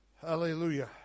hallelujah